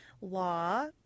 law